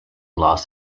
los